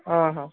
ହଁ ହଁ